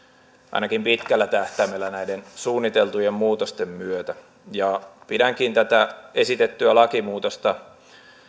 ainakin pitkällä tähtäimellä näiden suunniteltujen muutosten myötä pidänkin tätä esitettyä lakimuutosta